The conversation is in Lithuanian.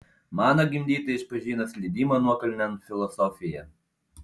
mano gimdytojai išpažino slydimo nuokalnėn filosofiją